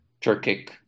Turkic